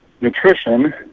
nutrition